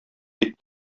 тик